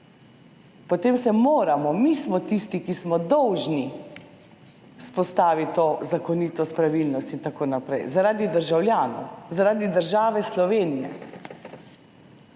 potem se moramo, mi smo tisti, ki smo dolžni vzpostaviti to zakonitost, pravilnost in tako naprej zaradi državljanov, zaradi države Slovenije.